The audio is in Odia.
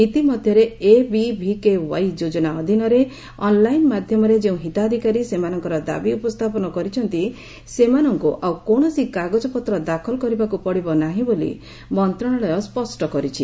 ଇତିମଧ୍ୟରେ ଏବିଭିକେୱାଇ ଯୋଜନା ଅଧୀନରେ ଅନ୍ଲାଇନ୍ ମାଧ୍ୟମରେ ଯେଉଁ ହିତାଧିକାରୀ ସେମାନଙ୍କର ଦାବି ଉପସ୍ଥାପନ କରିଛନ୍ତି ସେମାନଙ୍କୁ ଆଉ କୌଣସି କାଗଜପତ୍ର ଦାଖଲ କରିବାକୁ ପଡ଼ିବ ନାହିଁ ବୋଲି ମନ୍ତ୍ରଣାଳୟ ସ୍ୱଷ୍ଟ କରିଛି